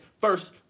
First